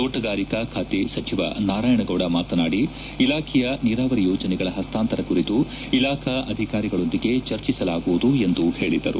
ತೋಟಗಾರಿಕಾ ಖಾತೆ ಸಚಿವ ನಾರಾಯಣಗೌಡ ಮಾತನಾಡಿ ಇಲಾಖೆಯ ನೀರಾವರಿ ಯೋಜನೆಗಳ ಪಸ್ತಾಂತರ ಕುರಿತು ಇಲಾಖಾ ಅಧಿಕಾರಿಗಳೊಂದಿಗೆ ಚರ್ಚಿಸಲಾಗುವುದು ಎಂದು ಹೇಳಿದರು